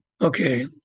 Okay